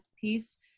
piece